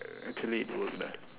actually it would lah